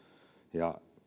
ja